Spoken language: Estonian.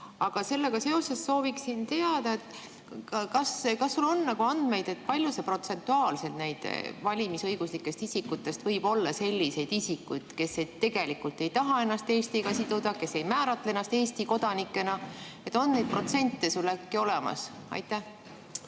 Aga sellega seoses sooviksin teada, kas sul on andmeid, kui palju protsentuaalselt neist valimisõiguslikest isikutest võivad olla sellised isikud, kes tegelikult ei taha ennast Eestiga siduda, kes ei määratle ennast Eesti kodanikena. On need protsendid sul äkki olemas? Tänan,